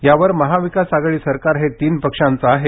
यावर महाविकास आघाडी सरकार हे तीन पक्षांचे आहे